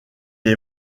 est